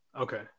Okay